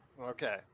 Okay